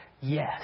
Yes